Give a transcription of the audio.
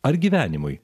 ar gyvenimui